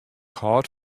hâld